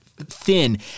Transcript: thin